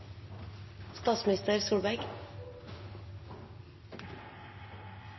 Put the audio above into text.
statsminister.